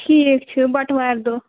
ٹھیٖک چھُ بَٹہٕ وارِ دۄہ